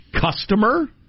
customer